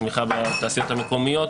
תמיכה בתעשיות המקומיות.